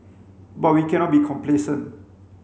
but we cannot be complacent